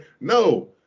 No